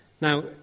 Now